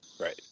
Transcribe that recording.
Right